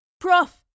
Prof